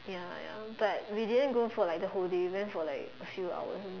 ya ya but we didn't go for like the whole day we went for like a few hours only